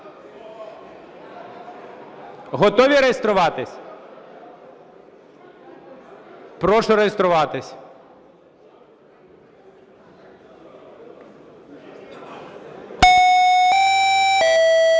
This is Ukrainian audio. Готові реєструватись? Прошу реєструватись. 10:13:08